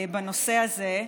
בנושא הזה.